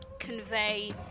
Convey